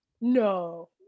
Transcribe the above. No